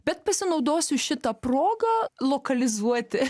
bet pasinaudosiu šita proga lokalizuoti